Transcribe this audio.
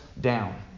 down